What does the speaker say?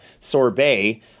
sorbet